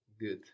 Good